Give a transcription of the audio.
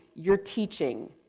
you're teaching.